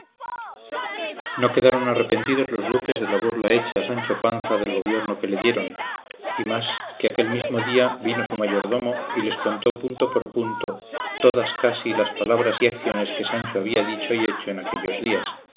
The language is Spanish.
no quedaron arrepentidos los duques de la burla hecha a sancho panza del gobierno que le dieron y más que aquel mismo día vino su mayordomo y les contó punto por punto todas casi las palabras y acciones que sancho había dicho y hecho en aquellos días